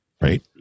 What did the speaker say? right